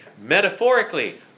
metaphorically